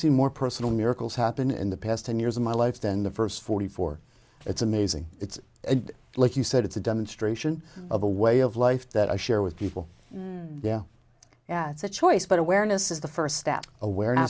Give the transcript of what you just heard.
seen more personal miracles happen in the past ten years in my life than the first forty four it's amazing it's like you said it's a demonstration of a way of life that i share with people yeah yeah it's a choice but awareness is the first step awareness